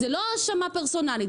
זו לא האשמה פרסונלית,